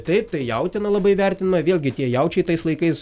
taip tai jautieną labai vertino vėlgi tie jaučiai tais laikais